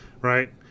right